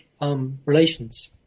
relations